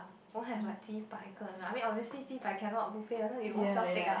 won't have like 几百个: ji bai ge lah I mean obviously 几百: ji bai cannot buffet then you ownself take ah